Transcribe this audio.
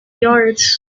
yards